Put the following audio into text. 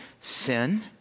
sin